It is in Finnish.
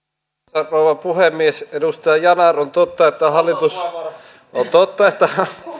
arvoisa rouva puhemies edustaja yanar on totta että hallitus